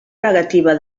negativa